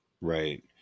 right